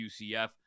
UCF